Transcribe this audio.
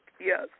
Yes